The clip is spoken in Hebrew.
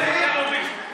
יועץ של טרוריסט.